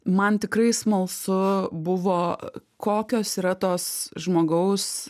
man tikrai smalsu buvo kokios yra tos žmogaus